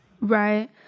Right